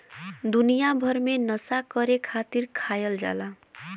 दुनिया भर मे नसा करे खातिर खायल जाला